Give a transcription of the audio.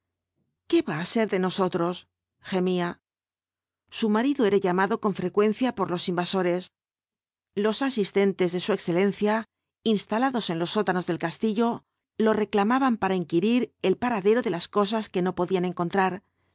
qué va á ser de nosotros gemía su marido era llamado con frecuencia por los invalos cuatro jinetes del apocalipsis sores los asistentes de su excelencia instalados en los sótanos del castillo lo reclamaban para inquirir el paradero de las cosas que no podían encontrar